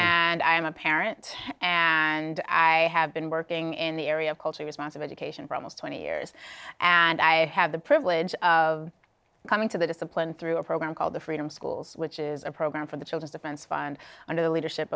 and i am a parent and i have been working in the area of culture responsive education for almost twenty years and i have the privilege of coming to the discipline through a program called the freedom schools which is a program for the children defense fund under the leadership